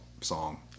song